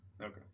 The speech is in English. Okay